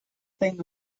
thing